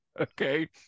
okay